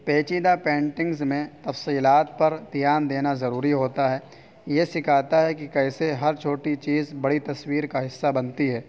پیچیدہ پینٹنگس میں تفصیلات پر دھیان دینا ضروری ہوتا ہے یہ سکھاتا ہے کہ کیسے ہر چھوٹی چیز بڑی تصویر کا حصہ بنتی ہے